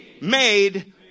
Made